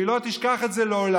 והיא לא תשכח את זה לעולם.